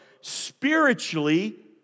spiritually